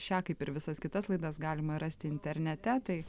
šią kaip ir visas kitas laidas galima rasti internete tai